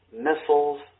missiles